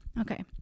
Okay